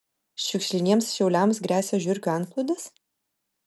šiukšliniems šiauliams gresia žiurkių antplūdis